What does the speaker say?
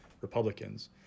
Republicans